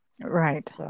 right